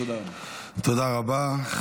תודה רבה.